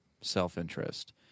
self-interest